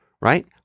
right